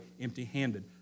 empty-handed